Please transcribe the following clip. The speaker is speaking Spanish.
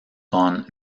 con